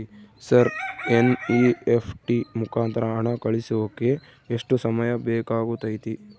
Sir NEFT ಮುಖಾಂತರ ಹಣ ಕಳಿಸೋಕೆ ಎಷ್ಟು ಸಮಯ ಬೇಕಾಗುತೈತಿ?